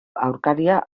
aurkaria